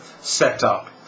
setup